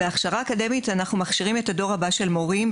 בהכשרה אקדמית אנחנו מכשירים את הדור הבא של המורים,